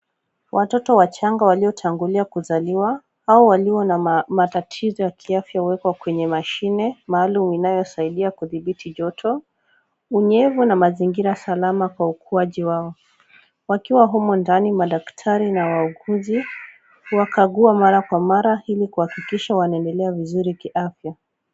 Watoto wachanga waliotangulia kuzaliwa au walio na matatizo ya kiafya huwekwa kwenye masine maalum inayosaidia kudhibiti joto, unyevu na mazingira salama kwa ukuaji wao. Wakiwa humu ndani, madaktari na wauguzi huwakagua mara kwa mara ili kuhakikisha wanaendelea vizuri kiafya.